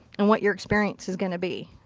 and what your experience is going to be.